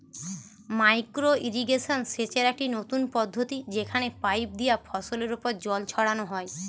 micro irrigation সেচের একটি নতুন পদ্ধতি যেখানে পাইপ দিয়া ফসলের ওপর জল ছড়ানো হয়